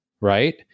right